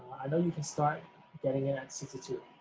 i know you can start getting it at sixty two.